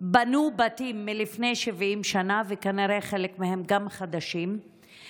בנו בתים לפני 70 שנה וכנראה חלק מהם גם חדשים,